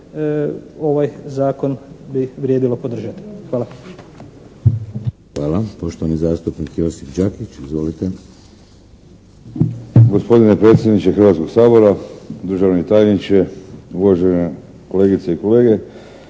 ovaj Zakon bi vrijedilo podržati. Hvala.